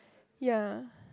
ya